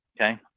Okay